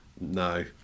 no